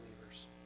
believers